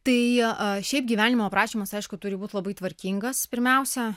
tai šiaip gyvenimo aprašymas aišku turi būt labai tvarkingas pirmiausia